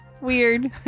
weird